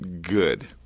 good